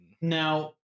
now